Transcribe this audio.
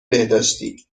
بهداشتی